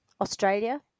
Australia